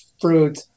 fruit